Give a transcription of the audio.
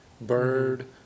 Bird